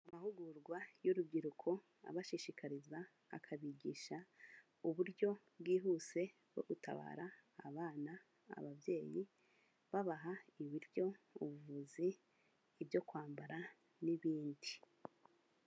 Amahugurwa y'urubyiruko abashishikariza akabigisha uburyo bwihuse bwo gutabara abana, ababyeyi babaha ibiryo, ubuvuzi, ibyo kwambara n'ibindi.